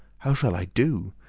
how shall i do?